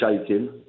shaking